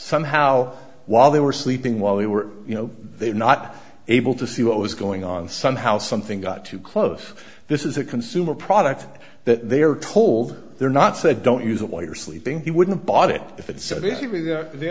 somehow while they were sleeping while they were you know they were not able to see what was going on somehow something got too close this is a consumer product that they are told they're not said don't use it while you're sleeping he wouldn't bought it if